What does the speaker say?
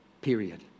period